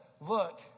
look